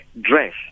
dress